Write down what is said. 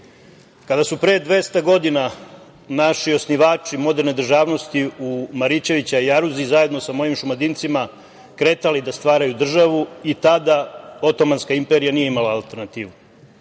su pre 200 godina naši osnivači moderne državnosti u Marićevića jaruzi, zajedno sa mojim Šumadincima, kretali da stvaraju državu i tada Otomanska imperija nije imala alternativu.